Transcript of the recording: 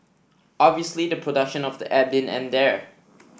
obviously the production of the app didn't end there